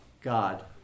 God